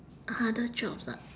other jobs ah